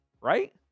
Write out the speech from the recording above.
right